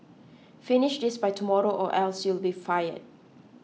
finish this by tomorrow or else you'll be fired